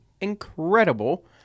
incredible